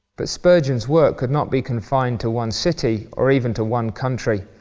but spurgeon's work could not be confined to one city or even to one country.